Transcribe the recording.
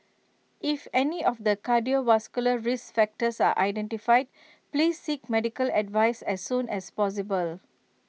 if any of the cardiovascular risk factors are identified please seek medical advice as soon as possible